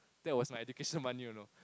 that was my education money you know